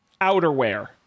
outerwear